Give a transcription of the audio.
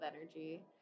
energy